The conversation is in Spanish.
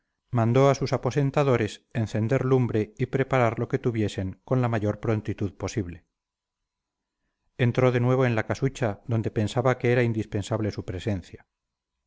mandó a sus aposentadores encender lumbre y preparar lo que tuviesen con la mayor prontitud posible entró de nuevo en la casucha donde pensaba que era indispensable su presencia